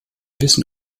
wissen